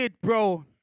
bro